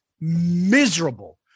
miserable